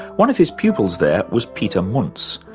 one of his pupils there was peter munz,